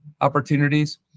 opportunities